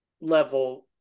level